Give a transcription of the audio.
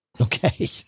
okay